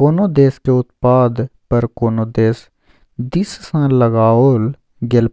कोनो देशक उत्पाद पर कोनो देश दिससँ लगाओल गेल